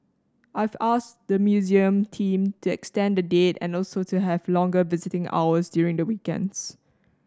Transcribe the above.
I've asked the museum team to extend the date and also to have longer visiting hours during the weekends